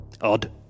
Odd